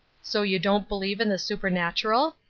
so you don't believe in the supernatural?